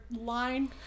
line